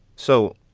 so,